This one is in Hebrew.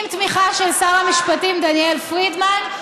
עם תמיכה של שר המשפטים דניאל פרידמן.